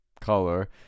color